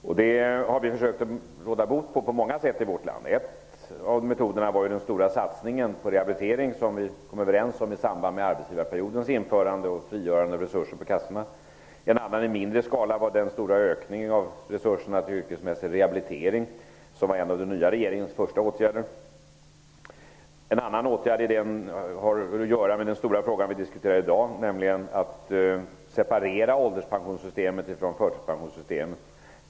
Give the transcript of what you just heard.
Det har vi på många sätt försökt råda bot på i vårt land. En av metoderna var den stora satsning på rehabilitering som vi kom överens om i samband med arbetsgivarperiodens införande och frigörande av resurser på kassorna. En annan i mindre skala var den stora ökningen av resurserna till yrkesmässig rehabilitering, som var en av den nya regeringens första åtgärder. En tredje åtgärd har att göra med den stora fråga vi diskuterar i dag, nämligen att separera ålderspensionssystemet från förtidspensionssystemet.